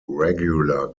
regular